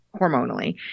hormonally